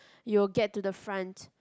you'll get to the front